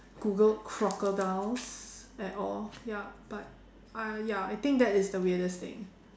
Googled crocodiles at all yup but ah ya I think that's the weirdest thing